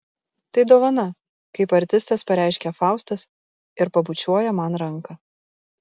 tai dovana kaip artistas pareiškia faustas ir pabučiuoja man ranką